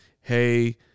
hey